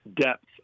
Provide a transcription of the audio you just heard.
depth